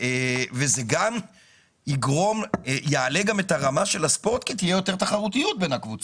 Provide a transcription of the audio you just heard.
וזה יעלה גם את הרמה של הספורט כי תהיה יותר תחרותיות בין הקבוצות.